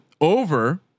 Over